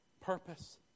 purpose